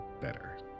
better